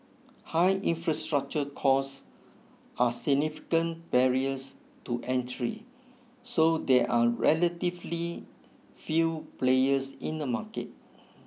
high infrastructure costs are significant barriers to entry so there are relatively few players in the market